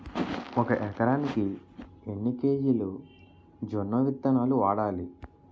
ఒక ఎకరానికి ఎన్ని కేజీలు జొన్నవిత్తనాలు వాడాలి?